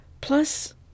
plus